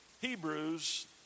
Hebrews